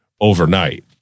overnight